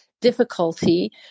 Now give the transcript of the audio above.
difficulty